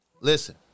Listen